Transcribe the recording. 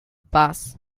boss